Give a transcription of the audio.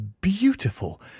beautiful